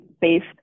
based